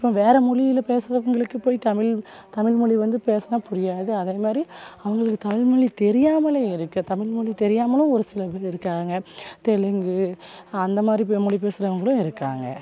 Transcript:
இப்போ வேறு மொழியில பேசுகிறவங்களுக்கு போய் தமிழ் தமிழ்மொலி வந்து பேசினா புரியாது அதேமாதிரி அவங்களுக்கு தமிழ்மொலி தெரியாமலும் இருக்குது தமிழ்மொலி தெரியாமலும் ஒரு சில பேர் இருக்காங்க தெலுங்கு அந்தமாதிரி இப்போ மொழி பேசுகிறவங்களும் இருக்காங்க